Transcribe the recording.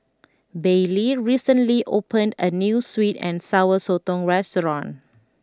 Baylee recently opened a new Sweet and Sour Sotong restaurant